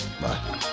Bye